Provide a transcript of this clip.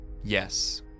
Yes